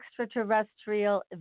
extraterrestrial